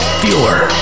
fewer